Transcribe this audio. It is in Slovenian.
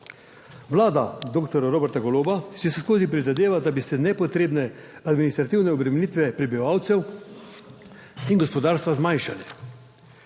Vlada doktorja Roberta Goloba si vseskozi prizadeva, da bi se nepotrebne administrativne obremenitve prebivalcev in gospodarstva zmanjšale.